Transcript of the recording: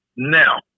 now